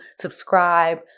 subscribe